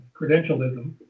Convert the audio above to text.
credentialism